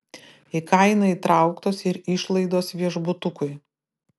į kainą įtrauktos ir išlaidos viešbutukui